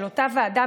של אותה ועדה,